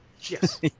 Yes